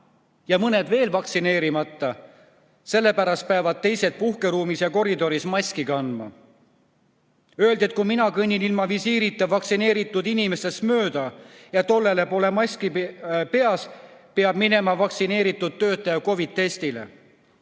mõned teised vaktsineerimata, peavad ülejäänud puhkeruumis ja koridoris maski kandma. Öeldi, et kui mina kõnnin ilma visiirita vaktsineeritud inimestest mööda ja tollel pole maski peas, peab minema vaktsineeritud töötaja COVID-testile.